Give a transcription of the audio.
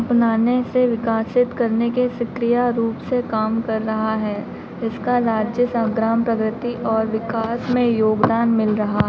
अपनाने से विकासित करने के सक्रिय रूप से काम कर रहा है इसका राज्य संग्राम प्रग्रति और विकास में योगदान मिल रहा